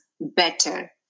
better